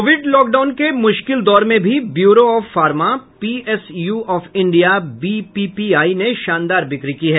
Covid lockdown के मुश्किल दौर में भी bureau of pharma P S U of India BPPI ने शानदार बिक्री की है